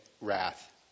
wrath